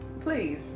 Please